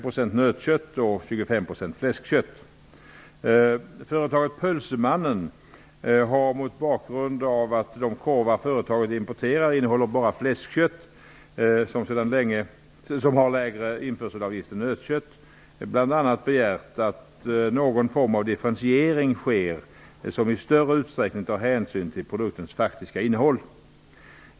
Pölsemannen har -- mot bakgrund av att de korvar som företaget importerar bara innehåller fläskkött, som har lägre införselavgift än nötkött -- bl.a. begärt att någon form av differentiering skall ske som i större utsträckning tar hänsyn till produktens faktiska innehåll.